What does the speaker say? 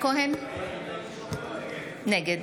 נגד